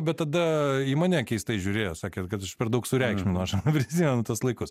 bet tada į mane keistai žiūrėjo sakė kad aš per daug sureikšminu aš prisimenu tuos laikus